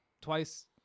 twice